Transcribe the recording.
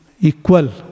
equal